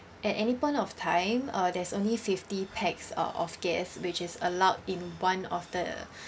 at any point of time uh there's only fifty pax uh of guest which is allowed in one of the